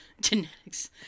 Genetics